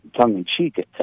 tongue-in-cheek